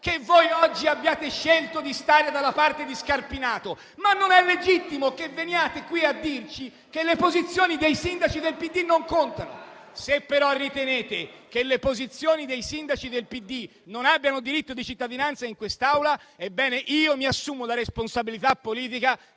che voi oggi abbiate scelto di stare dalla parte di Scarpinato. Ma non è legittimo che veniate qui a dirci che le posizioni dei sindaci del PD non contano. *(Commenti).* Se però ritenete che le posizioni dei sindaci del PD non abbiano diritto di cittadinanza in quest'Aula, ebbene, io mi assumo la responsabilità politica